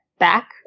Back